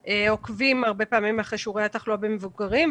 עוקבים הרבה פעמים אחרי שיעורי התחלואה במבוגרים.